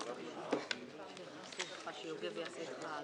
אנחנו עוברים לנושא הבא שעל סדר היום.